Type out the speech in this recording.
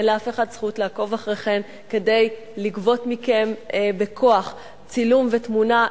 אין לאף אחד זכות לעקוב אחריכן כדי לגבות מכן בכוח צילום ותמונה.